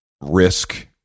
risk